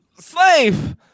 Slave